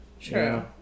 True